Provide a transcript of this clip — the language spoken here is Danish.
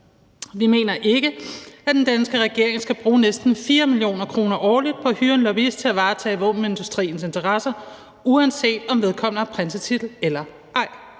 Vi mener ikke, at den danske regering skal bruge næsten 4 mio. kr. årligt på at hyre en lobbyist til at varetage våbenindustriens interesser, uanset om vedkommende har en prinsetitel eller ej.